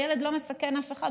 הילד לא מסכן אף אחד.